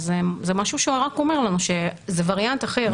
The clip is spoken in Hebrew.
אז זה משהו שרק אומר לנו שזה ווריאנט אחר.